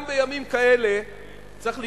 גם בימים כאלה צריך לזכור,